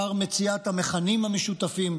שר מציאת המכנים המשותפים.